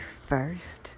first